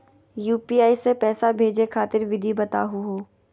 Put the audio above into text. UPI स पैसा भेजै खातिर विधि बताहु हो?